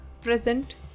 present